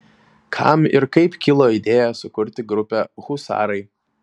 kam ir kaip kilo idėja sukurti grupę husarai